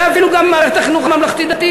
אולי אפילו גם במערכת החינוך הממלכתי-דתי,